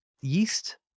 yeast